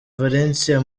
valencia